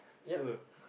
yup